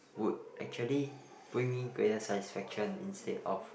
would actually bring me greater satisfaction instead of